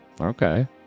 Okay